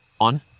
on